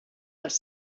els